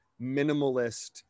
minimalist